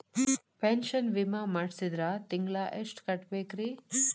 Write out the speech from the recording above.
Pension ವಿಮಾ ಮಾಡ್ಸಿದ್ರ ತಿಂಗಳ ಎಷ್ಟು ಕಟ್ಬೇಕ್ರಿ?